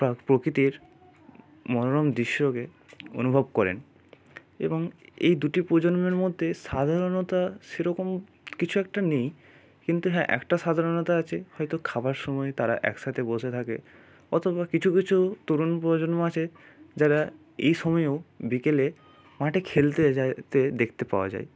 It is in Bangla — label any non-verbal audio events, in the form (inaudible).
(unintelligible) প্রকৃতির মনোরম দৃশ্যকে অনুভব করেন এবং এই দুটি প্রজন্মের মধ্যে সাধারণতা সেরকম কিছু একটা নেই কিন্তু হ্যাঁ একটা সাধারণতা আছে হয়তো খাবার সময় তারা একসাথে বসে থাকে অথবা কিছু কিছু তরুণ প্রজন্ম আছে যারা এই সময়েও বিকেলে মাঠে খেলতে যায় যেতে দেখতে পাওয়া যায়